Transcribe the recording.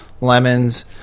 lemons